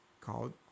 Called